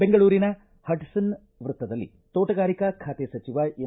ಬೆಂಗಳೂರಿನ ಹಡ್ಲನ್ ವೃತ್ತದಲ್ಲಿ ತೋಟಗಾರಿಕಾ ಖಾತೆ ಸಚಿವ ಎಂ